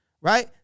right